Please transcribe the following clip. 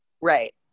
Right